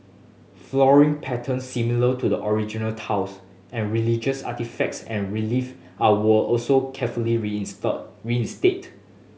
flooring patterns similar to the original tiles and religious artefacts and relief are were also carefully read in stock reinstate